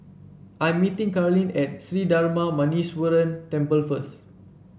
I'm meeting Karlene at Sri Darma Muneeswaran Temple first